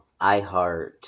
iHeart